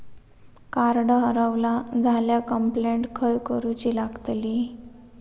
Card हरवला झाल्या complaint खय करूची लागतली?